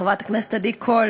חברת הכנסת עדי קול,